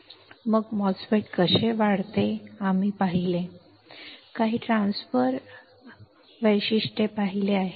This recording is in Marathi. मग MOSFET कशी वाढते हे आम्ही पाहिले आहे आम्ही काही ट्रान्सफर हस्तांतरण वैशिष्ट्ये पाहिली आहेत